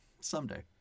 Someday